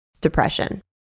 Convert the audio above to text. Depression